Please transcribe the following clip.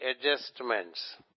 adjustments